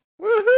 Woohoo